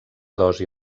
dosi